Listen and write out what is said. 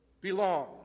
belong